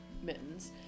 Mittens